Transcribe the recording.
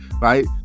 right